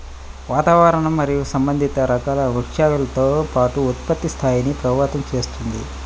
వాతావరణం మరియు సంబంధిత రకాల వృక్షాలతో పాటు ఉత్పత్తి స్థాయిని ప్రభావితం చేస్తుంది